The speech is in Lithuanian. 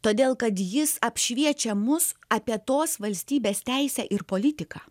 todėl kad jis apšviečia mus apie tos valstybės teisę ir politiką